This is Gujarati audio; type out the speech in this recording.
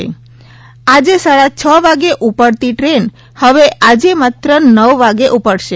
સાંજે સાડા છ વાગે ઉપડતી ટ્રેન હવે આજે માત્ર નવ વાગે ઉપડશે